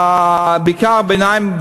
בעיקר מעמד הביניים,